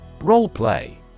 Role-play